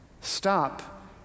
stop